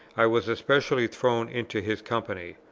i was especially thrown into his company.